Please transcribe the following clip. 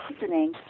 listening